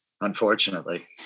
unfortunately